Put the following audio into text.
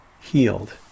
healed